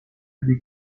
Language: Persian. زنده